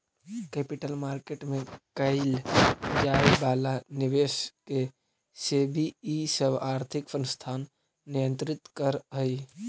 capital market में कैइल जाए वाला निवेश के सेबी इ सब आर्थिक संस्थान नियंत्रित करऽ हई